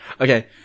Okay